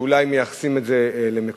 אולי מייחסים את זה ל"מקורות".